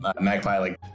Magpie